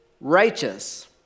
righteous